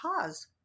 cause